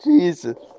Jesus